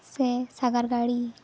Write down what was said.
ᱥᱮ ᱥᱟᱜᱟᱲ ᱜᱟᱹᱲᱤ